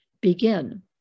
begin